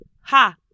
ha